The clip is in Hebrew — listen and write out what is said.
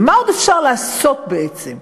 ומה עוד אפשר לעשות, בעצם?